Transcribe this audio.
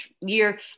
year